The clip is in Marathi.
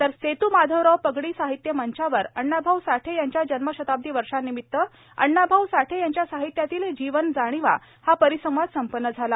तर सेत्माधवराव पगडी साहित्य मंचावर अण्णाभाऊ साठे यांच्या जन्मशताब्दी वर्षानिमित अण्णाभाऊ साठे यांच्या साहित्यातील जीवन जाणिवा हा परिसंवाद संपन्न झाला